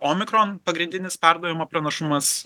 omikron pagrindinis perdavimo pranašumas